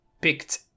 picked